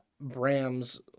Bram's